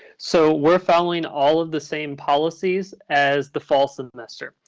so we're following all of the same policies as the fall semester.